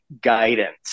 guidance